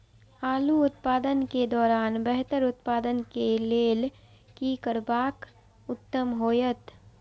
आलू उत्पादन के दौरान बेहतर उत्पादन के लेल की करबाक उत्तम होयत?